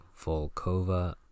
Volkova